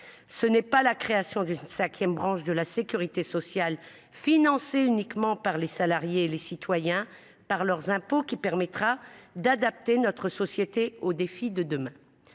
ce n’est pas la création d’une cinquième branche de la sécurité sociale, financée uniquement par les cotisations des salariés et les impôts des citoyens, qui permettra d’adapter notre société aux défis de demain.